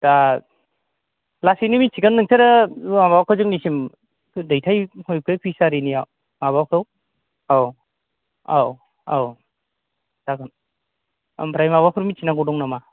दा लासैनो मिथिगोन नोंसोरो माबाखौ जोंनिसिन दैथाय हरदो फिसारिनियाव माबाखौ औ औ औ जागोन ओमफ्राय माबाफोर मिथिनांगौ दं नामा